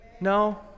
no